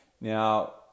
Now